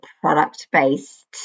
product-based